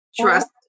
trust